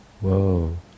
whoa